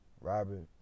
Robert